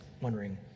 wondering